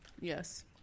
Yes